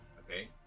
Okay